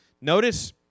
Notice